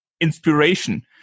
inspiration